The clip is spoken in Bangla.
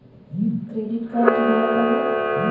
ক্রেডিট কার্ড কিভাবে পাব?